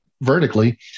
vertically